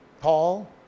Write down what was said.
Paul